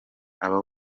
abo